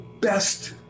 best